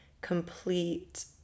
complete